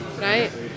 right